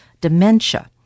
dementia